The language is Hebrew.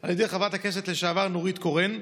על ידי חברת הכנסת לשעבר נורית קורן,